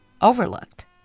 overlooked